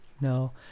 No